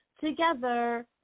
together